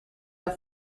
der